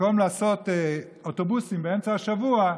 במקום לעשות אוטובוסים באמצע השבוע,